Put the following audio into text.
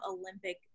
Olympic